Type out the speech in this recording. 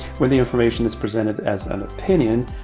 when the information is presented as an opinion,